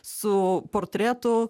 su portretu